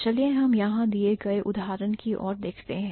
चलिए हम यहां दिए गए उदाहरण की ओर देखते हैं